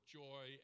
joy